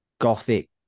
gothic